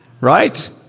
Right